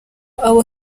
abo